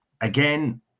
Again